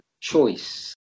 choice